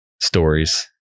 stories